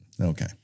Okay